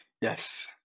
Yes